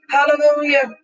Hallelujah